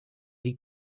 die